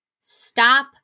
stop